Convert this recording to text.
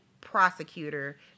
prosecutor